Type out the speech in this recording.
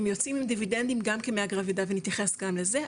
הם יוצאים עם דיבידנדים גם כמהגרי עבודה ונתייחס גם לזה,